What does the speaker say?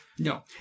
No